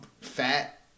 fat